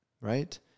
right